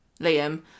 Liam